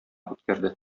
үткәрде